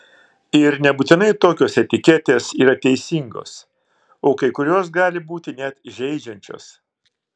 ir nebūtinai tokios etiketės yra teisingos o kai kurios gali būti net žeidžiančios